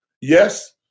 Yes